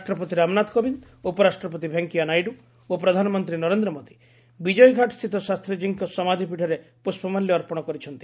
ରାଷ୍ଟ୍ରପତି ରାମନାଥ କୋବିନ୍ଦ ଉପରାଷ୍ଟ୍ରପତି ଭେଙ୍କିୟା ନାଇଡୁ ଓ ପ୍ରଧାନମନ୍ତ୍ରୀ ନରେନ୍ଦ୍ର ମୋଦି ବିଜୟଘାଟସ୍ଥିତ ଶାସ୍ତିଜୀଙ୍କ ସମାଧ୍ୟପୀଠରେ ପୁଷ୍ପମାଲ୍ୟ ଅର୍ପଣ କରିଛନ୍ତି